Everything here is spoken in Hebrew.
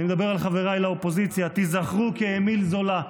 אני מדבר על חבריי לאופוזיציה, תיזכרו כאמיל זולא,